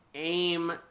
aim